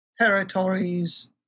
territories